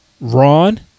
Ron